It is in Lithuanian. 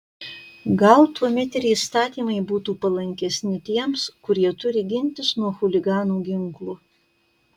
gal tuomet ir įstatymai būtų palankesni tiems kurie turi gintis nuo chuliganų ginklu